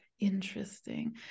interesting